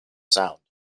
sound